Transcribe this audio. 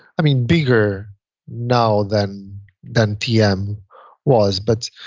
i mean bigger now than than tm was. but